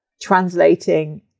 translating